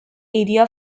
area